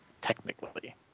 technically